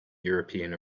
european